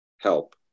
help